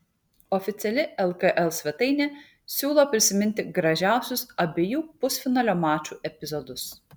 oficiali lkl svetainė siūlo prisiminti gražiausius abiejų pusfinalio mačų epizodus